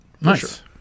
nice